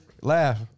Laugh